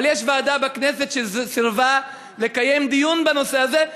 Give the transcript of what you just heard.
אבל יש ועדה בכנסת שסירבה לקיים דיון בנושא הזה,